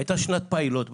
היתה שנת פילוט בצפון.